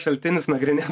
šaltinius nagrinėt